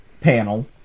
panel